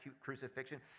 crucifixion